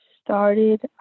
started